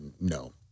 No